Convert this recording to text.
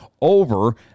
over